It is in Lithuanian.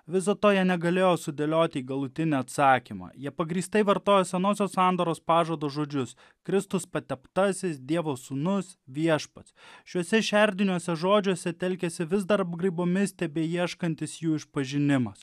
viso to jie negalėjo sudėlioti į galutinį atsakymą jie pagrįstai vartoja senosios sandoros pažado žodžius kristus pateptasis dievo sūnus viešpats šiuose šerdiniuose žodžiuose telkiasi vis dar apgraibomis tebeieškantis jų išpažinimas